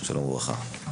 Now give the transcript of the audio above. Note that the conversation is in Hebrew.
שלום וברכה.